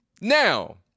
Now